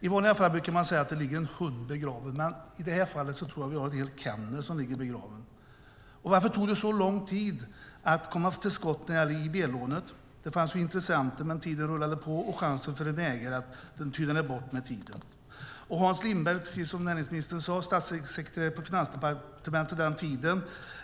I vanliga fall brukar man säga att det ligger en hund begraven, men i det här fallet tror jag att vi har en hel kennel som ligger begraven. Varför tog det så lång tid att komma till skott när det gällde EIB-lånet? Det fanns intressenter, men tiden gick och chansen tynade bort med tiden. Precis som näringsministern sade var Hans Lindblad statssekreterare på Finansdepartementet på den tiden.